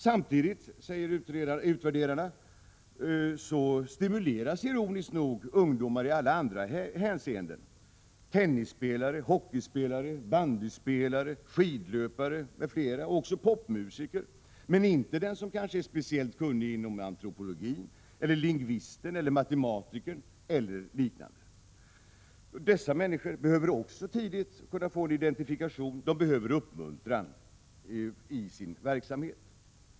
Samtidigt, säger utvärderarna, stimuleras ironiskt nog ungdomar i andra hänseenden — tennisspelare, hockeyspelare, bandyspelare, skidlöpare m.fl., ja, också popmusiker — men inte den som kanske är speciellt kunnig inom antropologi liksom inte heller lingvisten, matematikern eller personer med liknande inriktning. Också dessa människor behöver tidigt få identifikation. De behöver uppmuntras i sin verksamhet.